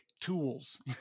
tools